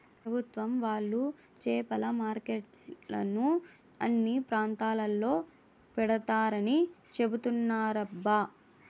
పెభుత్వం వాళ్ళు చేపల మార్కెట్లను అన్ని ప్రాంతాల్లో పెడతారని చెబుతున్నారబ్బా